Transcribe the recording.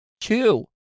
two